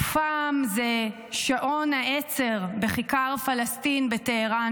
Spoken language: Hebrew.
פעם זה שעון העצר בכיכר פלסטין בטהראן,